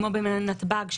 כמו בנתב"ג,